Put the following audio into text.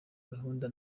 gahunda